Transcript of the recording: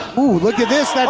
oh look at this,